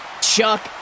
Chuck